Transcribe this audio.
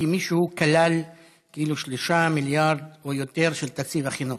כי מישהו כלל כאילו 3 מיליארד או יותר של תקציב החינוך.